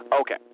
Okay